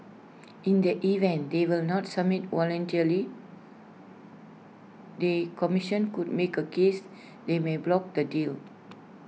in the event they will not submit voluntarily the commission could make A case that may block the deal